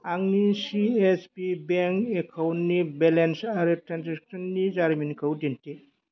आंनि C S B bank एकाउन्टनि balance आरो ट्रेनजेक्सननि जारिमिनखौ दिन्थि